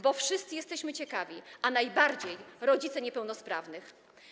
Bo wszyscy jesteśmy ciekawi, a najbardziej rodzice niepełnosprawnych.